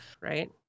right